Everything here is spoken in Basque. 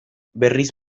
berriz